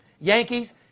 Yankees